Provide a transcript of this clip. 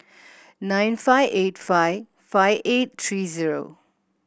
nine five eight five five eight three zero